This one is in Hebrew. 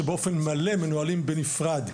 שבאופן מלא מנוהלים בנפרד,